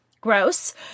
Gross